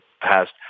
past